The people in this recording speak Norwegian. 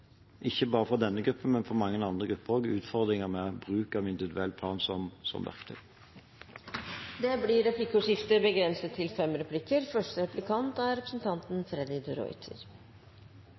ikke bare for denne gruppen, men for mange andre grupper også, utfordringer med bruk av individuell plan som verktøy. Det blir replikkordskifte. Barn og ungdom med eksempelvis gjennomgripende og øvrige utviklingsforstyrrelser er